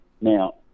Now